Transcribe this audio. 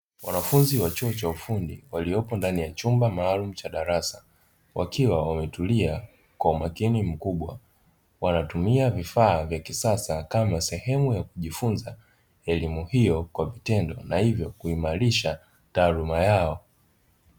Wanafunzi wa chuo cha ufundi waliopo ndani ya chumba maalumu cha darasa. Wakiwa wametulia kwa umakini mkubwa. Wanatumia vifaa vya kisasa kama sehemu ya kujifunza elimu hiyo kwa vitendo na hivyo kuimarisha taaluma yao.